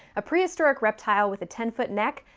a prehistoric reptile with a ten-foot neck,